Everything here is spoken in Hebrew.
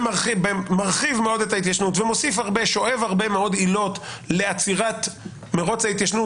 שמרחיב מאוד את ההתיישנות ושואב הרבה מאוד עילות לעצירת מרוץ ההתיישנות,